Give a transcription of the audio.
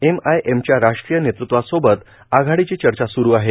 M I एमच्या राष्ट्रीय नेतृत्वासोबत आघाडीची चर्चा स्वुरू आहे